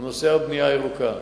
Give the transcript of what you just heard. הוא נושא הבנייה הירוקה.